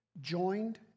joined